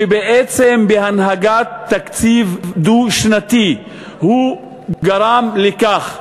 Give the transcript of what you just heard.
שבעצם בהנהגת תקציב דו-שנתי גרם לכך,